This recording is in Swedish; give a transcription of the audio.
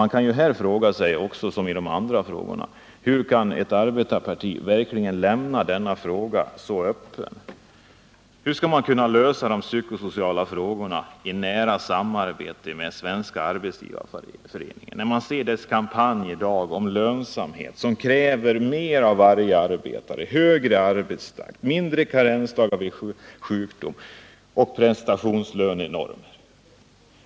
Man kan här, liksom när det gäller de andra kraven, fråga sig hur ett arbetarparti kan lämna denna fråga så öppen. Hur skall man kunna lösa de psykosociala problemen i nära samarbete med Svenska arbetsgivareföreningen, när man i dag ser dess kampanj om lönsamhet, som kräver mer av varje arbetare, högre arbetstakt, fler karensdagar vid sjukdom och prestationslönenorm?